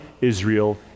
Israel